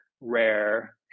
rare